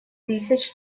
тысяч